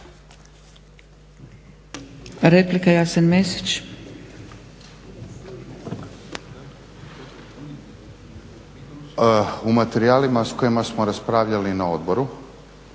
**Mesić, Jasen (HDZ)** U materijalima s kojima smo raspravljali na odboru